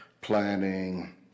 planning